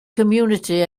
community